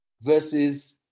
versus